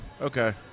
okay